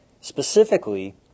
Specifically